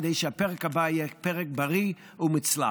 כדי שהפרק הבא יהיה פרק בריא ומוצלח.